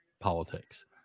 politics